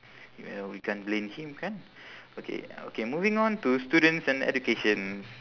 well we can't blame him kan okay okay moving on to students and educations